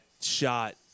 shot